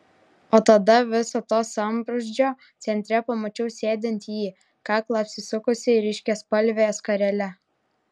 o tada viso to sambrūzdžio centre pamačiau sėdint jį kaklą apsisukusį ryškiaspalve skarele